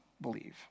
believe